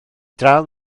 draw